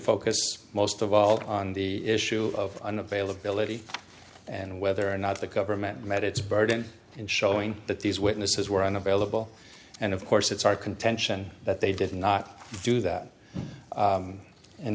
focus most of all on the issue of an availability and whether or not the government met its burden in showing that these witnesses were unavailable and of course it's our contention that they did not do that